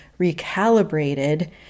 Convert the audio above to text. recalibrated